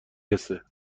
رسه